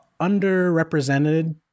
underrepresented